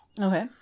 Okay